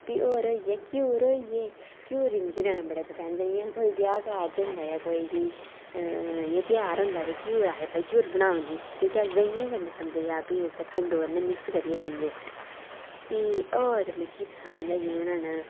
फ्ही होर होई गे घ्यूर होई गे घ्यूर मिगी बनाना बड़ा पसंद ऐ जियां कोई ब्याह् होई गेआ कार्ज होंदा कोई बी जां ध्यार होंदा ते आखदे कि घ्यूर बनाओ जी जेह्के अस देहिऐं कन्नै खंदे फ्ही उसदे खन्ड़ू कन्नै जां फ्ही मिक्स करियै खंदे फ्ही होर मिगी पसंद ऐ जि'यां